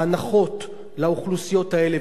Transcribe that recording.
ההנחות לאוכלוסיות האלה,